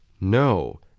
No